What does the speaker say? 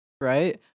right